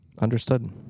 understood